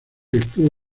estuvo